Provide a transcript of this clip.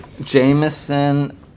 Jameson